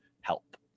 help